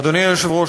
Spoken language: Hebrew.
אדוני היושב-ראש,